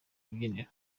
rubyiniro